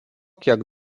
kiek